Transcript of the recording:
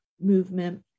movement